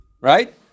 Right